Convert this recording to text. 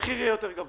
המחיר יהיה יותר גבוה.